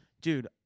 dude